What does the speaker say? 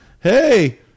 hey